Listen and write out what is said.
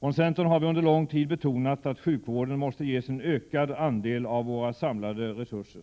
Från centerns sida har vi under lång tid betonat att sjukvården måste ges en ökad andel av våra samlade resurser.